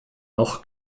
noch